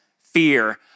fear